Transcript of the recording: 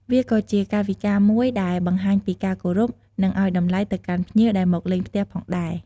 វាក៏ជា កាយវិការមួយដែលបង្ហាញពីការគោរព និងឲ្យតម្លៃទៅកាន់ភ្ញៀវដែលមកលេងផ្ទះផងដែរ។